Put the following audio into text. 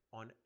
on